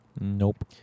Nope